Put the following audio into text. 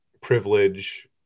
privilege